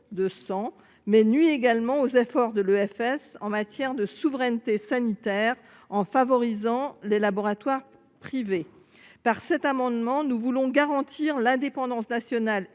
de l’Établissement français du sang (EFS), en matière de souveraineté sanitaire, en favorisant les laboratoires privés. Par cet amendement, nous voulons garantir l’indépendance nationale